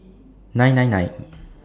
nine nine nine